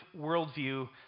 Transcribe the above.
worldview